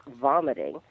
vomiting